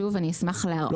שוב, אני אשמח להראות.